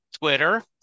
Twitter